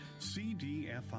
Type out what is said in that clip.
CDFI